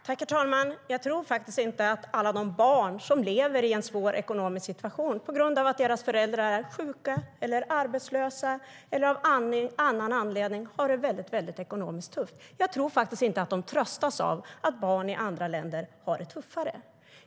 Herr talman! Jag tror faktiskt inte att alla de barn som lever i en svår ekonomisk situation på grund av att deras föräldrar är sjuka, arbetslösa eller av annan anledning har det väldigt ekonomiskt tufft tröstas av att barn i andra länder har det tuffare.